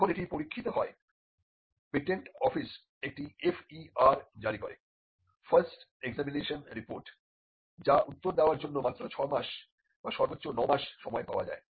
যখন এটি পরীক্ষিত হয় পেটেন্ট অফিস একটি FER জারি করে ফাস্ট এক্সামিনেশন রিপোর্ট যা উত্তর দেওয়ার জন্য মাত্র 6 মাস বা সর্বোচ্চ 9 মাস সময় পাওয়া যায়